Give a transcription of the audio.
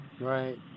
Right